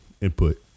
input